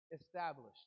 established